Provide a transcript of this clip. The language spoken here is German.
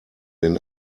den